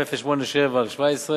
פ/2087/17,